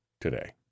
today